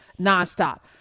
nonstop